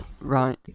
right